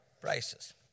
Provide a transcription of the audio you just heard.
prices